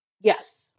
Yes